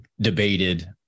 debated